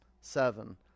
seven